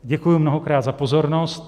Děkuji mnohokrát za pozornost.